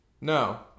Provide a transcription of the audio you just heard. No